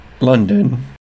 London